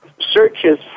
searches